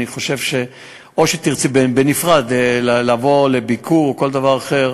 או שתרצי בנפרד לבוא לביקור או כל דבר אחר.